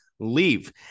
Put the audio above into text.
leave